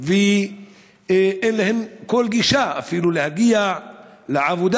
וגם אין להן כל גישה אפילו להגיע לעבודה.